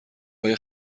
آیا